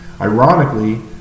Ironically